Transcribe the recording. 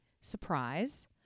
surprise